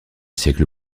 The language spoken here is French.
siècle